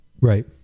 Right